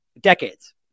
decades